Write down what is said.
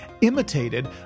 imitated